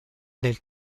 del